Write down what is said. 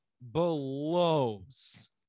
blows